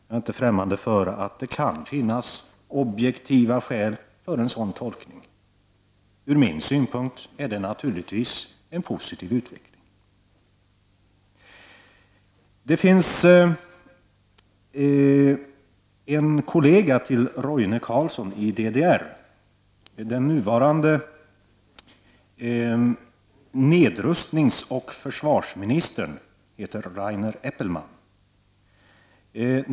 Jag är inte främmande för att det kan finnas objektiva skäl för en sådan tolkning. Ur min synpunkt är det naturligtvis en positiv utveckling. Det finns en kollega till Roine Carlsson i DDR, den nuvarande nedrustningsoch försvarsministern Rainer Eppelmann.